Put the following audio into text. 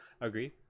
agree